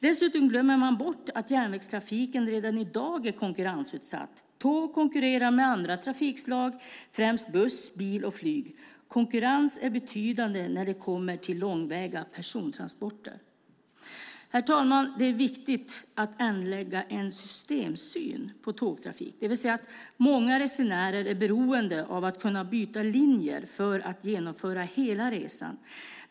Dessutom glömmer man bort att järnvägstrafiken redan i dag är konkurrensutsatt. Tåg konkurrerar med andra trafikslag, främst buss, bil och flyg. Konkurrensen är betydande när det kommer till långväga persontransporter. Herr talman! Det är viktigt att anlägga en systemsyn på tågtrafik eftersom många resenärer är beroende av att kunna byta linjer för att genomföra hela resan.